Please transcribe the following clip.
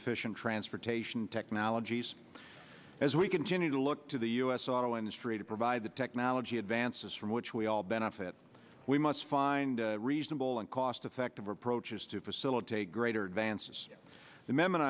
efficient transportation technologies as we continue to look to the u s auto industry to provide the technology advances from which we all benefit we must find reasonable and cost effective approaches to facilitate greater advances